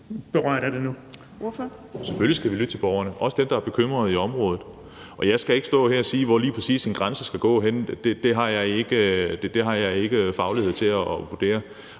Selvfølgelig skal vi lytte til borgerne, også til dem, der er bekymrede i området. Jeg skal ikke stå her og sige, hvor en grænse lige præcis skal gå henne. Det har jeg ikke faglighed til at kunne